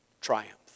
triumph